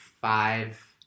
Five